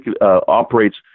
operates